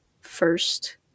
first